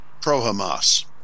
pro-Hamas